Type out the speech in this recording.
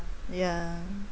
ya